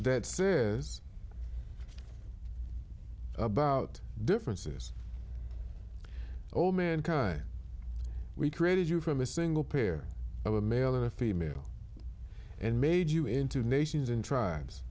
that says about differences all mankind we created you from a single pair of a male or female and made you into nations and tribes